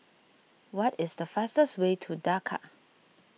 what is the fastest way to Dakar